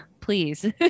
please